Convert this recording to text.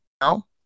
No